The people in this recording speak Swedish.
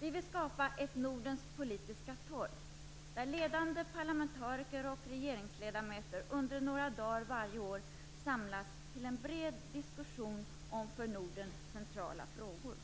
Vi vill skapa ett "Nordens politiska torg" där ledande parlamentariker och regeringsledamöter under några dagar varje år samlas till en bred diskussion om centrala frågor för Norden.